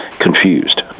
confused